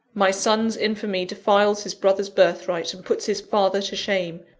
my son's infamy defiles his brother's birthright, and puts his father to shame.